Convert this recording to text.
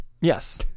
yes